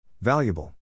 Valuable